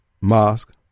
Mosque